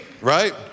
right